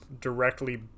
directly